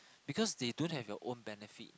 because they don't have your own benefit